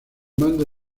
mando